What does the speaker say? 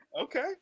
Okay